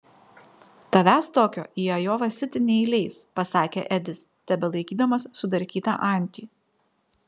tavęs tokio į ajova sitį neįleis pasakė edis tebelaikydamas sudarkytą antį